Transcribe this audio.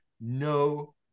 no